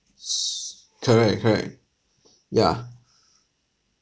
s~ correct correct yeah